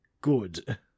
good